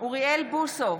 אוריאל בוסו,